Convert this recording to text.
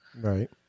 Right